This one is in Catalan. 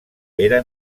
era